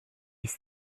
ist